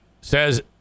says